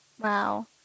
Wow